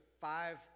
five